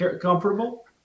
comfortable